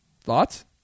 Thoughts